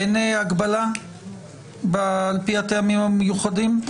אין הגבלה על פי הטעמים המיוחדים?